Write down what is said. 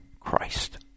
Christ